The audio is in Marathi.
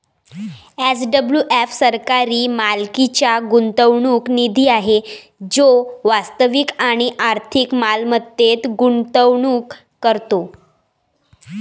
एस.डब्लू.एफ सरकारी मालकीचा गुंतवणूक निधी आहे जो वास्तविक आणि आर्थिक मालमत्तेत गुंतवणूक करतो